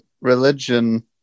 religion